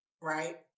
Right